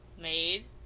made